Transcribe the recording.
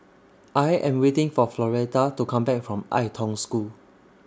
I Am waiting For Floretta to Come Back from Ai Tong School